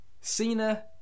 Cena